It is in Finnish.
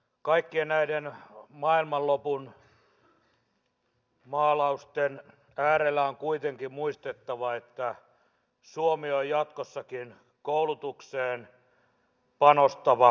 kaikkien näiden maailmanlopun maalausten äärellä on kuitenkin muistettava että suomi on jatkossakin koulutukseen panostava yhteiskunta